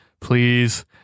please